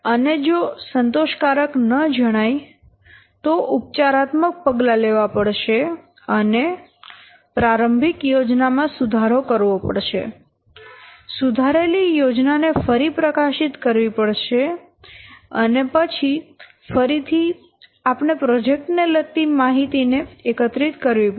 અને જો સંતોષકારક ન જણાયતો ઉપચારાત્મક પગલાં લેવા પડશે અને પ્રારંભિક યોજના માં સુધારો કરવો પડશે સુધારેલી યોજનાને ફરી પ્રકાશિત કરવી પડશે અને પછી ફરીથી આપણે પ્રોજેક્ટ ને લગતી માહિતી ને એકત્રિત કરવી પડશે